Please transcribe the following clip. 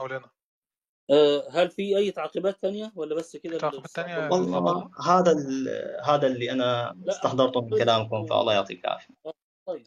مولانا. أه، هل في أي تعقيبات ثانية ولا بس كده؟ تعقيبات ثانية؟ والله، تفضل. هذا ال- هذا اللي أنا لا. استحضرته من كلامكم، فالله يعطيك طيب. العافية. طيب.